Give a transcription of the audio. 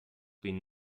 been